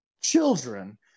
children